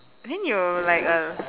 then you like a